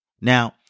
Now